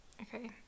Okay